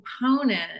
component